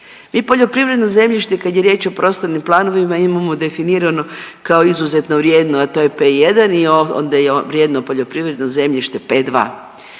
Mi poljoprivredno zemljište kad je riječ o prostornim planovima imamo definirano kao izuzetno vrijedno, a to je P1 i onda je vrijedno poljoprivredno zemljište P2.